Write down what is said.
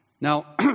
Now